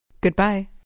Goodbye